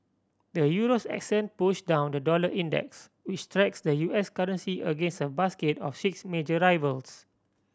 the euro's ascent pushed down the dollar index which tracks the U S currency against a basket of six major rivals